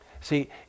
See